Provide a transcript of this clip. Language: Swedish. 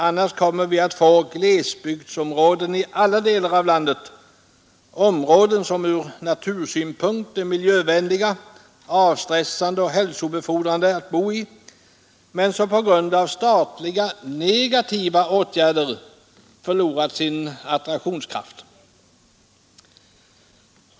Annars kommer vi att få glesbygdsområden i alla delar av landet, områden som ur naturvårdssynpunkt är miljövänliga, avstressande och hälsobefordrande att bo i, men som på grund av statliga negativa åtgärder förlorat sin attraktionskraft.